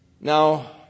Now